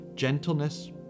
gentleness